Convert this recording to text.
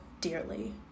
dearly